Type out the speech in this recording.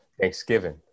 Thanksgiving